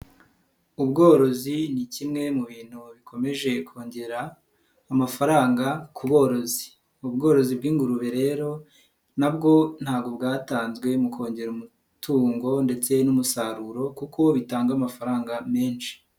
Ubworozi ni kimwe mu bintu bikomeje kongera amafaranga ku borozi, ubworozi bw'ingurube rero na bwo ntabwo bwatanzwe mu kongera umutungo ndetse n'umusaruro kuko bitanga amafaranga menshi.